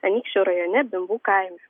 anykščių rajone daugų kaime